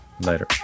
Later